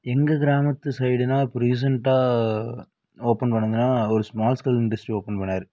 எங்கள் கிராமத்து சைடுனா இப்போ ரீசென்ட்டாக ஓப்பன் பண்ணதுன்னா ஒரு ஸ்மால் ஸ்க்கில் இண்டஸ்ட்ரி ஓப்பன் பண்ணார்